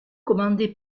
commandé